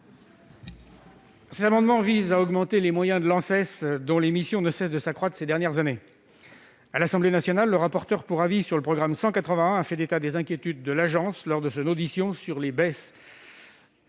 l'environnement et du travail (Anses), dont les missions ne cessent de s'accroître ces dernières années. À l'Assemblée nationale, le rapporteur pour avis sur le programme 181 a fait état des inquiétudes de l'agence lors de son audition sur les baisses